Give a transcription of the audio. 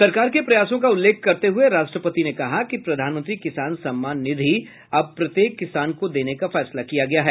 सरकार के प्रयासों का उल्लेख करते हुए राष्ट्रपति ने कहा कि प्रधानमंत्री किसान सम्मान निधि अब प्रत्येक किसान को देने का फैसला किया गया है